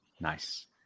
Nice